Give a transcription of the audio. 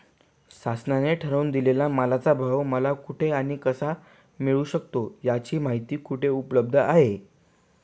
शासनाने ठरवून दिलेल्या मालाचा भाव मला कुठे आणि कसा मिळू शकतो? याची माहिती कुठे उपलब्ध आहे?